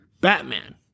Batman